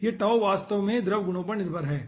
और यह वास्तव में द्रव गुणों पर निर्भर है